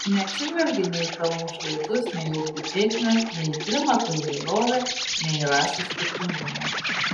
neatsižvelgė nei į kalnų šlaitus nei į upių tėkmę nei į klimato įvairovę nei į rasių skirtingumą